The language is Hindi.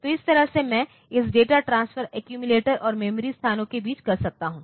तो इस तरह मैं इस डेटा ट्रांसफर एक्यूमिलेटर और मेमोरी स्थानों के बीच कर सकता हूं